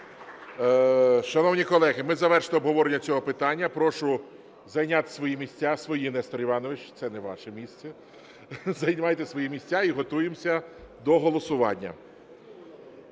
Шановні колеги, ми завершили обговорення цього питання. Прошу зайняти свої місця. Свої, Нестор Іванович, не ваше місце. Займайте свої місця і готуємося до голосування.